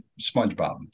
SpongeBob